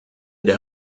der